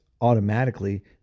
automatically